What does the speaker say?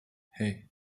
hey